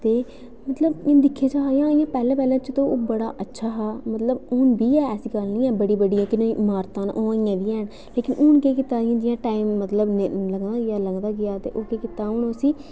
ते मतलब इ'यां दिक्खेआ जा पैह्लें पैह्लें ते ओह् बड़ा अच्छा हा मतलब हून बी ऐ ऐसी गल्ल निं ऐ बड़ियां बड़ियां इमारतां अजें बी हैन लकिन हून केह् कीता कि टाइम मतलब लगदा गेआ ते ओह् कीता उसी